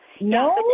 No